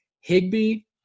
Higby